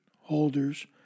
holders